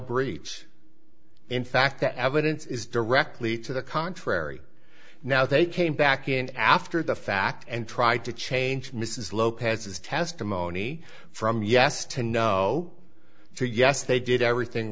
breach in fact the evidence is directly to the contrary now they came back in after the fact and tried to change mrs lopez's testimony from yes to no to yes they did everything